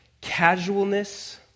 Casualness